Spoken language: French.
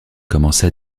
commencé